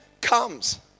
comes